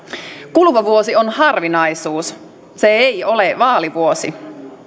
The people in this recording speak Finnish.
kuluva vuosi on harvinaisuus se ei ole vaalivuosi